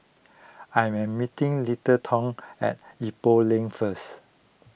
I am meeting Littleton at Ipoh Lane first